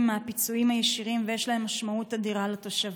מהפיצויים הישירים ויש להם משמעות אדירה לתושבים.